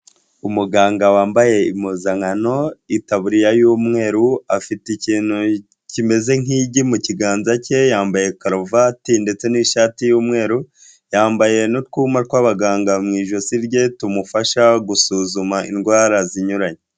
Umuganga wambaye impuzankano, itaburiya y'umweru, afite ikintu kimeze nk'igi mu kiganza cye, yambaye karuvati ndetse n'ishati y'umweru, yambaye n'utwuma tw'abaganga mu ijosi rye tumufasha gusuzuma indwara zinyuranye.